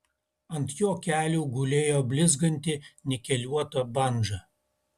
ant jo kelių gulėjo blizganti nikeliuota bandža